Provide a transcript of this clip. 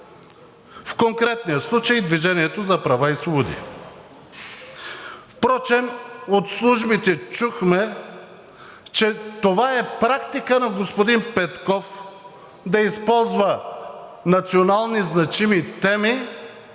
в конкретния случай „Движение за права и свободи“. Впрочем от службите чухме, че това е практика на господин Петков да използва национални, значими теми